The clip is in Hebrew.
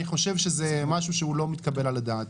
אני חושב שזה משהו שהוא לא מתקבל על הדעת.